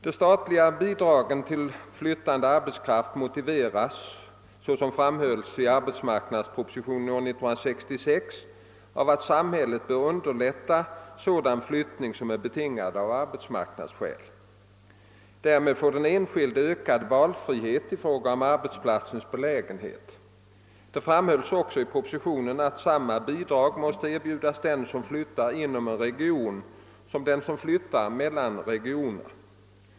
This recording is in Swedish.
De statliga bidragen till flyttande arbetskraft motiveras, såsom framhölls i arbetsmarknadspropositionen år 1966, av att samhället bör underlätta sådan flyttning som är betingad av arbetsmarknadsskäl. Därmed får den enskilde ökad valfrihet i fråga om arbetsplatsens belägenhet. Det framhölls också i propositionen att samma bidrag måste erbjudas dem som flyttar inom en region som dem som flyttar mellan regioner.